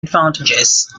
advantages